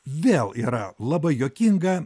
vėl yra labai juokinga